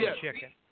chicken